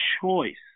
choice